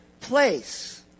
place